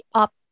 up